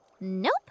Nope